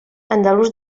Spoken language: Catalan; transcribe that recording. andalús